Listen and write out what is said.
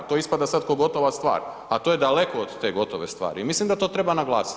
To ispada sad ko gotova stvar, a to je daleko od te gotove stvari i mislim da to treba naglasiti.